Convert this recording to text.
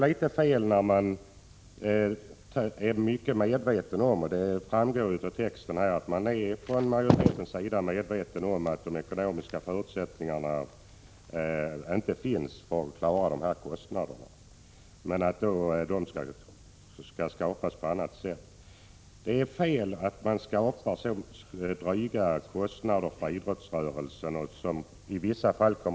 Utskottsmajoriteten är väl medveten om — det framgår av texten — att de ekonomiska förutsättningarna inte finns för att klara kostnaderna. Då är det fel, tycker jag, att åsamka idrottsrörelsen dryga kostnader som i vissa fall kommer att bli förlamande för verksamheten. Utskottsmajoriteten är Prot.